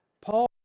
Paul